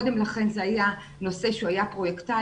קודם לכן זה היה נושא שהוא היה פרוייקטלי.